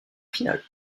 finale